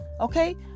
okay